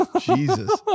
Jesus